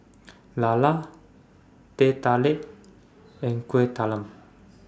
Lala Teh Tarik and Kueh Talam